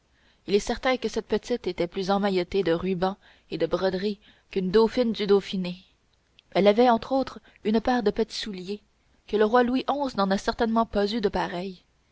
il est certain que cette petite était plus emmaillottée de rubans et de broderies qu'une dauphine du dauphiné elle avait entre autres une paire de petits souliers que le roi louis xi n'en a certainement pas eu de pareils